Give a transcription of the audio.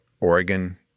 Oregon